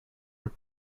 have